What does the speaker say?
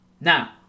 Now